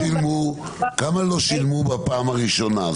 כמה לא שילמו בפעם הראשונה?